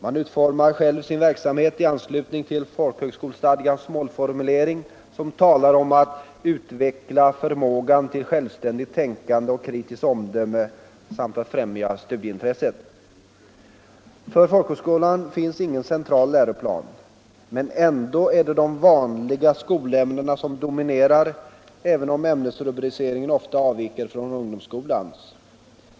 Man utformar själv sin verksamhet i anslutning till folkhögskolestadgans målformulering, som talar om att utveckla förmåga till självständigt tänkande och kritiskt omdöme samt att främja studieintresset. För folkhögskolan finns ingen central läroplan. Men ändå är det de vanliga skolämnena som dominerar, även om ämnesrubriceringen ofta avviker från ungdomsskolans.